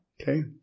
okay